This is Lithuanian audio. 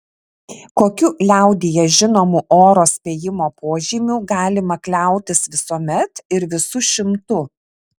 kokiu liaudyje žinomu oro spėjimo požymiu galima kliautis visuomet ir visu šimtu